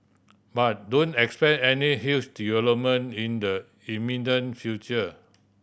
but don't expect any huge development in the imminent future